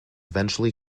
eventually